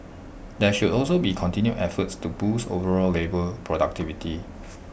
there should also be continued efforts to boost overall labour productivity